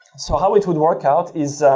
so, how it would work out is ah